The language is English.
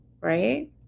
right